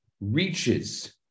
reaches